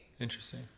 Interesting